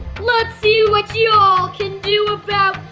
let's see what you all can do about,